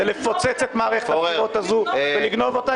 לפוצץ את מערכת הבחירות הזו ולגנוב אותה.